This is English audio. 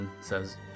says